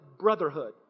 brotherhood